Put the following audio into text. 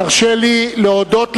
תרשה לי להודות לך.